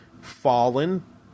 fallen